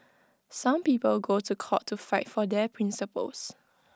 some people go to court to fight for their principles